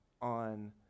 on